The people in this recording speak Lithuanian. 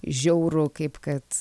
žiaurų kaip kad